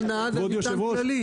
לנהג המפעיל, נקודה.